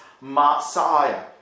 Messiah